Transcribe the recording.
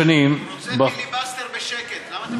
הוא רוצה פיליבסטר בשקט, למה אתם מפריעים לו?